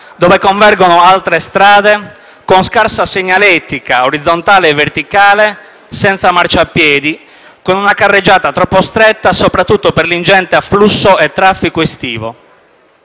dove convergono altre strade, con scarsa segnaletica orizzontale e verticale, senza marciapiedi, con una carreggiata troppo stretta, soprattutto per l'ingente afflusso e traffico estivo.